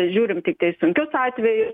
žiūrim tiktai sunkius atvejus